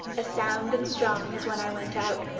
as sound and strong as when i went out.